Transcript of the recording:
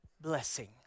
blessing